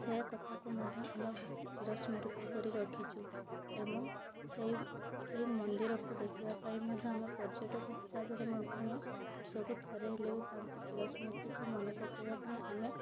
ସେ କଥା କୁ ମଧ୍ୟ ଆମ ଚିର ସ୍ମୃତି କରି ରଖିଛୁ ଏବଂ ସେଇ ସେହି ମନ୍ଦିର କୁ ଦେଖିବା ପାଇଁ ମଧ୍ୟ ଆମେ ପର୍ଯ୍ୟଟକ ହିସାବରେ ମଧ୍ୟ ଆମେ ବର୍ଷ କୁ ଥରେ ହେଲେବି ତାଙ୍କ ଚିର ସ୍ମୃତି କୁ ମନେ ପକାଇବା ପାଇଁ ଆମେ